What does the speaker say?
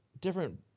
different